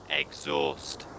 exhaust